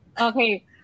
Okay